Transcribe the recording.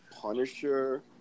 Punisher